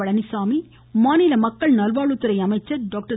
பழனிசாமி மாநில மக்கள் நல்வாழ்வுத்துறை அமைச்சர் டாக்டர்